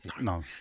no